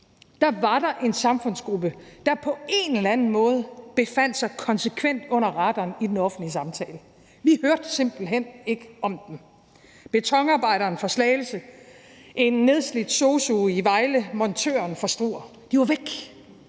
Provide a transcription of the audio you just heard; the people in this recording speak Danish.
– var der en samfundsgruppe, der på en eller anden måde konsekvent befandt sig under radaren i den offentlige samtale. Vi hørte simpelt hen ikke om dem – betonarbejderen fra Slagelse, en nedslidt sosu i Vejle, montøren fra Struer – de var væk.